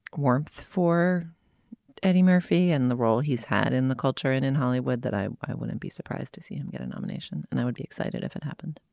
warmth for eddie murphy and the role he's had in the culture and in hollywood that i i wouldn't be surprised to see him get a nomination and i would be excited if it happened